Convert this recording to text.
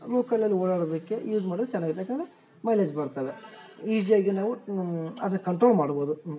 ಲೋಕಲಲ್ಲಿ ಓಡಾಡೊದಕ್ಕೆ ಯೂಸ್ ಮಾಡೊದ್ ಚೆನ್ನಾಗಿದ್ ಯಾಕೆಂದ್ರೆ ಮೈಲೇಜ್ ಬರ್ತವೆ ಈಜಿಯಾಗಿ ನಾವು ಅದ ಕಂಟ್ರೋಲ್ ಮಾಡ್ಬೋದು